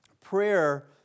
prayer